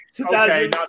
Okay